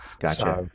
Gotcha